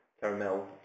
caramel